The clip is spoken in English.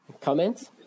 Comments